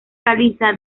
caliza